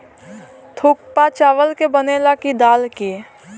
थुक्पा चावल के बनेला की दाल के?